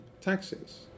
taxes